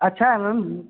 अच्छा है मैम